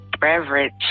beverage